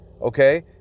okay